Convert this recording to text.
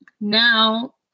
now